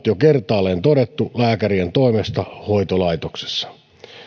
jo kertaalleen todettu lääkärien toimesta hoitolaitoksessa